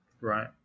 Right